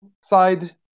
side